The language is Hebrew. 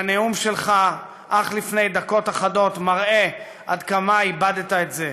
והנאום שלך אך לפני דקות אחדות מראה עד כמה איבדת את זה.